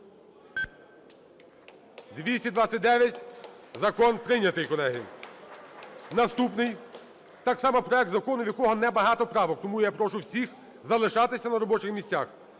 За-229 Закон прийнятий, колеги. Наступний. Так само проект закону, в якого небагато правок, тому я прошу всіх залишатися на робочих місцях.